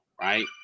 right